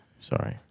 Sorry